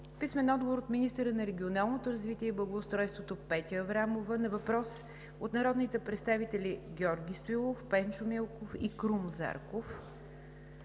Крум Зарков; - министъра на регионалното развитие и благоустройството Петя Аврамова на въпрос от народните представители Георги Стоилов, Пенчо Милков и Крум Зарков;